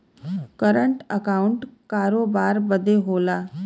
current account करोबार बदे होला